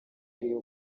ari